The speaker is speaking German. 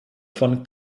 von